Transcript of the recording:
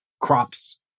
crops